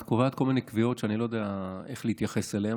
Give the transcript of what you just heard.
את קובעת כל מיני קביעות שאני לא יודע איך להתייחס אליהן.